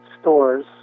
stores